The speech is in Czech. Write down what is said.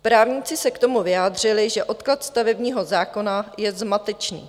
Právníci se k tomu vyjádřili, že odklad stavebního zákona je zmatečný.